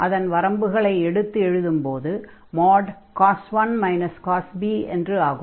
அதன் வரம்புகளை எடுத்து எழுதும் போது cos 1 cos b என்று ஆகும்